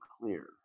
clear